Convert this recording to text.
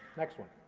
next one.